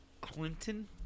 Clinton